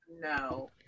no